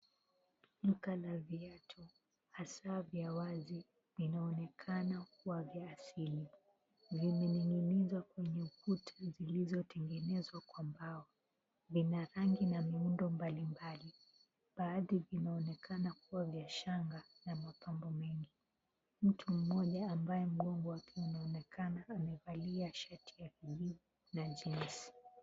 Duka la viatu hasaa za wazi vinaonekana kuwa ya asili, vimening'inizwa katika ukuta zilizotengenezwa kwa mbao, lina ange na muundo mbalimbali, baadhi vinaonekana kuwa vya shanga na mapambo mengine, mtu mmija ambaye mgongo wake unaonekana amevalia shati ya kijivu na jeans .